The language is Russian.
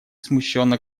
смущенно